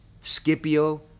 Scipio